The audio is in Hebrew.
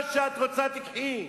מה שאת רוצה תיקחי,